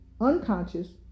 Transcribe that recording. unconscious